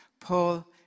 Paul